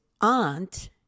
aunt